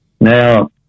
Now